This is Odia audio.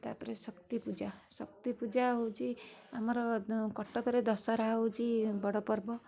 ତା' ପରେ ଶକ୍ତି ପୂଜା ଶକ୍ତି ପୂଜା ହେଉଛି ଆମର କଟକରେ ଦଶହରା ହେଉଛି ବଡ଼ ପର୍ବ